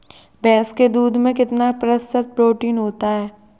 भैंस के दूध में कितना प्रतिशत प्रोटीन होता है?